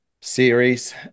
series